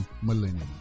millennium